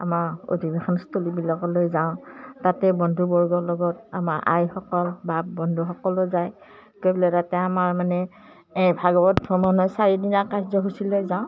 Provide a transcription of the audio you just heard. আমাৰ অধিবেশনস্থলীবিলাকলৈ যাওঁ তাতে বন্ধুবৰ্গৰ লগত আমাৰ আইসকল বা বন্ধুসকলো যায় কেলৈ তাতে আমাৰ মানে এই ভাগৱত ভ্ৰমণৰ চাৰিদিনীয়া কাৰ্যসূচীলৈ যাওঁ